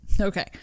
Okay